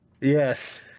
yes